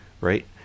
right